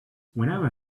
whenever